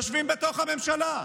יושבים בתוך הממשלה,